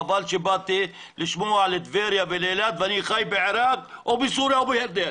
חבל שבאתי לשמוע על טבריה ועל אילת ואני חי או בסוריה או בירדן.